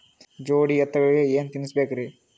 ಜೋಡಿ ಎತ್ತಗಳಿಗಿ ಏನ ತಿನಸಬೇಕ್ರಿ?